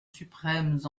suprêmes